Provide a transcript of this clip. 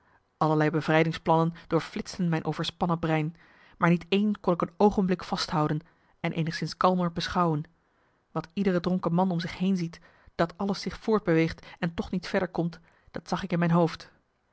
allerlei bevrijdingsplannen doorflitsten mijn overspannen brein maar niet één kon ik een oogeblik vasthouden en eenigszins kalmer beschouwen wat iedere dronken man om zich heen ziet dat alles zich voortbeweegt en toch niet verder komt dat zag ik in mijn hoofd